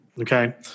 Okay